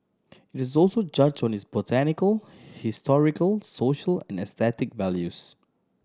it is also judged on its botanical historical social and aesthetic values